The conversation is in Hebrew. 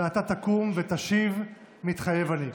ואתה תקום ותשיב: "מתחייב אני".